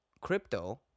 crypto